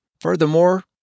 Furthermore